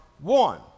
one